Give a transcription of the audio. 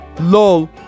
Lol